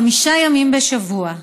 חמישה ימים בשבוע.